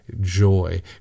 joy